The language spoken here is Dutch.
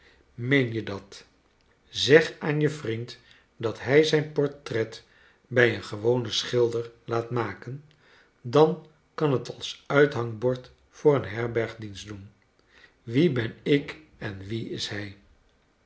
meen je dat zeg aan je vriend dat hij zijn p or tret bij een gewonen schilder laat maken dan kan het als uithangbord voor een herberg dienst doen wie ben ik en wie is hij